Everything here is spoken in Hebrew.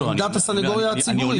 זו עמדת הסנגוריה הציבורית.